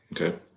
Okay